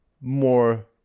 more